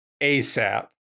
ASAP